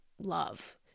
love